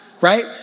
right